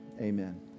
amen